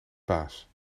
baas